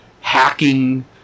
hacking